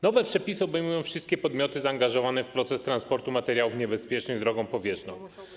Nowe przepisy obejmują wszystkie podmioty zaangażowane w proces transportu materiałów niebezpiecznych drogą powietrzną.